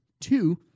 two